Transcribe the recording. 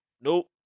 Nope